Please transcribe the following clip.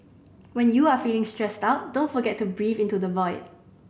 when you are feeling stressed out don't forget to breathe into the void